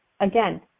again